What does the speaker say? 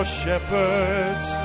shepherds